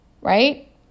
right